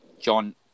John